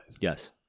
Yes